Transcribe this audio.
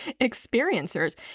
experiencers